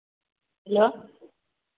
hello